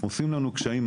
עושים לנו קשיים,